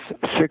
six